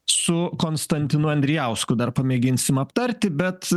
su konstantinu andrijausku dar pamėginsim aptarti bet